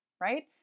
right